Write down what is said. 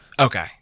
Okay